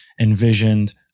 envisioned